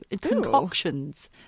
concoctions